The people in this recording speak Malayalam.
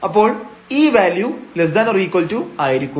അപ്പോൾ ഈ വാല്യു ≦ ആയിരിക്കും